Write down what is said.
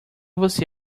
você